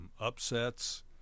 Upsets